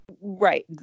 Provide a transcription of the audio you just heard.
right